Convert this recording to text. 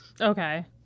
okay